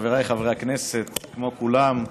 חבריי חברי הכנסת, כמו כולם,